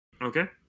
Okay